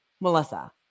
Melissa